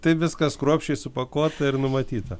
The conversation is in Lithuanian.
taip viskas kruopščiai supakuota ir numatyta